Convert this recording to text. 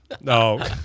No